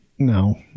No